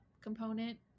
component